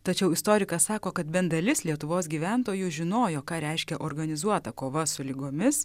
tačiau istorikas sako kad bent dalis lietuvos gyventojų žinojo ką reiškia organizuota kova su ligomis